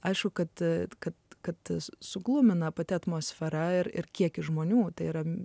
aišku kad kad suglumina pati atmosfera ir kiekis žmonių tai yra